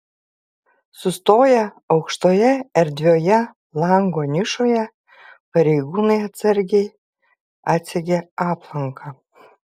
sustoję aukštoje erdvioje lango nišoje pareigūnai atsargiai atsegė aplanką